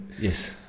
Yes